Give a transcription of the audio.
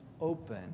open